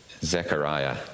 Zechariah